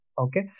Okay